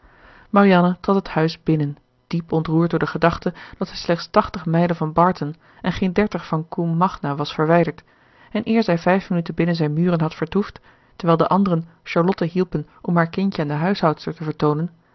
marianne trad het huis binnen diep ontroerd door de gedachte dat zij slechts tachtig mijlen van barton en geen dertig van combe magna was verwijderd en eer zij vijf minuten binnen zijn muren had vertoefd terwijl de anderen charlotte hielpen om haar kindje aan de huishoudster te vertoonen